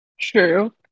true